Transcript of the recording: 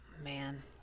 man